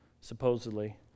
supposedly